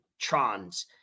trons